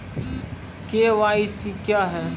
KYC क्या हैं?